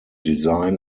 design